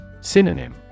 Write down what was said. Synonym